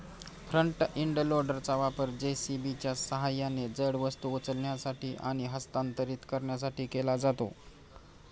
front end लोडरचा वापर जे.सी.बीच्या सहाय्याने जड वस्तू उचलण्यासाठी आणि हस्तांतरित करण्यासाठी केला जातो